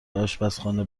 آشپزخانه